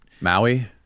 Maui